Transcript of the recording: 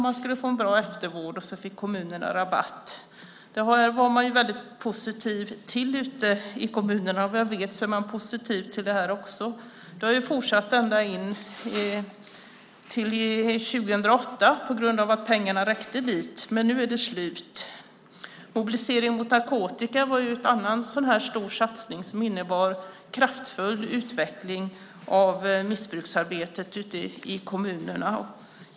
Man skulle få en bra eftervård, och så fick kommunerna rabatt. Det var man väldigt positiv till ute i kommunerna, och vad jag vet är man positiv till det här också. Detta har fortsatt ända till 2008 tack vare att pengarna räckte dit, men nu är det slut. Mobilisering mot narkotika var en annan stor satsning som innebar kraftfull utveckling av missbruksarbetet ute i kommunerna.